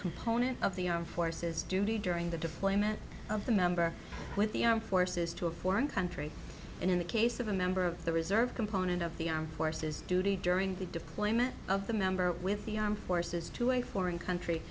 component of the armed forces duty during the deployment of the member with the armed forces to a foreign country in the case of a member of the reserve component of the armed forces duty during the deployment of the member with the armed forces to a foreign country